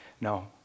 No